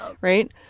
Right